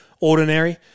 ordinary